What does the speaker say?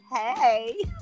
Hey